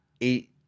eight